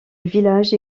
village